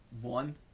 one